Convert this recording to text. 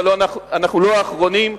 אבל אנחנו לא האחרונים.